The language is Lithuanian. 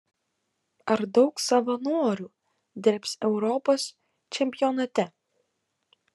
ar daug savanorių dirbs europos čempionate